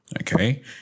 Okay